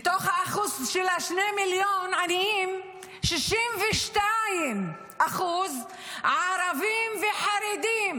מתוך האחוז של 2 מיליון העניים, 62% ערבים וחרדים.